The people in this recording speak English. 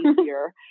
easier